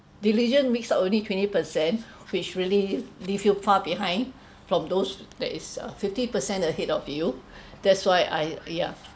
diligent makes up only twenty percent which really leave you far behind from those that is uh fifty per cent ahead of you that's why I yeah